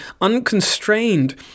unconstrained